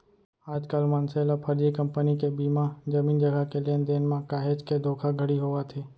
आजकल मनसे ल फरजी कंपनी के बीमा, जमीन जघा के लेन देन म काहेच के धोखाघड़ी होवत हे